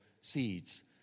seeds